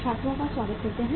छात्रों का स्वागत करते हैं